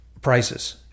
prices